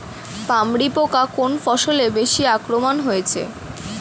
পামরি পোকা কোন ফসলে বেশি আক্রমণ হয়েছে?